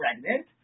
pregnant